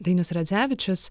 dainius radzevičius